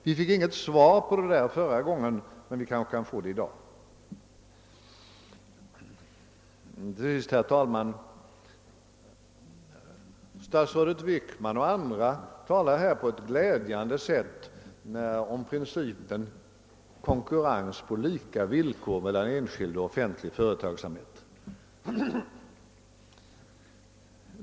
Vi fick inget svar på den frågan förra gången, men vi kan kanske få det i dag. Statsrådet Wickman och andra talar på ett glädjande sätt om principen konkurrens på lika villkor mellan enskild och offentlig företagsamhet.